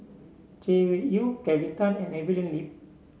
Chay Weng Yew Kelvin Tan and Evelyn Lip